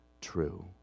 true